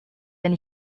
wenn